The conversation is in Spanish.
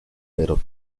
pero